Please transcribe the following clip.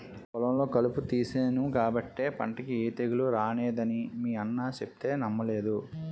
పొలంలో కలుపు తీసేను కాబట్టే పంటకి ఏ తెగులూ రానేదని మీ అన్న సెప్తే నమ్మలేదు